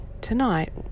tonight